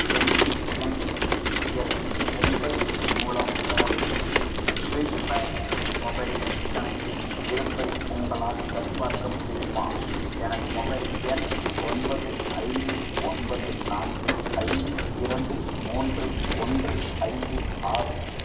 MTNL Mumbai மூலம் எனது prepaid mobile கணக்கின் இருப்பை உங்களால் சரிபார்க்க முடியுமா எனது மொபைல் எண் ஒன்பது ஐந்து ஒன்பது நான்கு ஐந்து இரண்டு மூன்று ஒன்று ஐந்து ஆறு